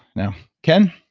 now, ken?